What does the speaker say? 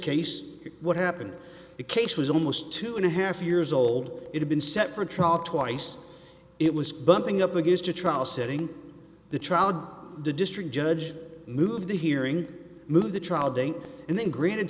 case what happened the case was almost two and a half years old it had been set for trial twice it was bumping up against a trial setting the trial of the district judge move the hearing move the trial date and then granted